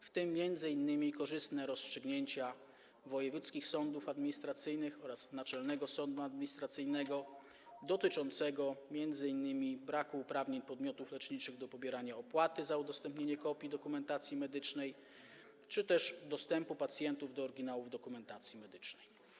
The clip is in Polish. Są to m.in. korzystne rozstrzygnięcia wojewódzkich sądów administracyjnych oraz Naczelnego Sądu Administracyjnego dotyczące m.in. braku uprawnień podmiotów leczniczych do pobierania opłaty za udostępnienie kopii dokumentacji medycznej czy też dostępu pacjentów do oryginałów dokumentacji medycznej.